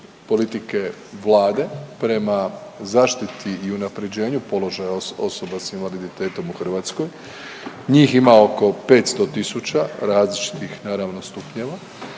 politike Vlade prema zaštiti i unaprjeđenju položaja s invaliditetom u Hrvatskoj. Njih ima oko 500 tisuća različitih, naravno, stupnjeva